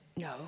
no